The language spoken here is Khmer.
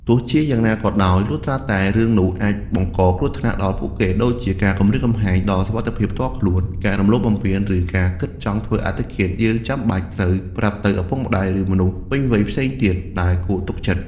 ទោះជាយ៉ាងណាក៏ដោយ លុះត្រាតែរឿងនោះអាចបង្កគ្រោះថ្នាក់ដល់ពួកគេ ដូចជាការគំរាមកំហែងដល់សុវត្ថិភាពផ្ទាល់ខ្លួន ការរំលោភបំពាន ឬការគិតចង់ធ្វើអត្តឃាត យើងចាំបាច់ត្រូវប្រាប់ទៅឪពុកម្តាយ ឬមនុស្សពេញវ័យផ្សេងទៀតដែលគួរទុកចិត្ត។